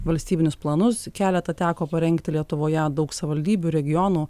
valstybinius planus keletą teko parengti lietuvoje daug savivaldybių regionų